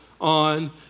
on